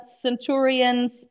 Centurions